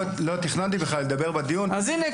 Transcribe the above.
לא תכננתי בכלל לדבר בדיון --- אז הנה,